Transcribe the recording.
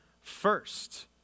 first